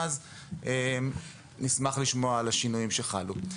ואנחנו נשמח לשמוע על השינויים שחלו.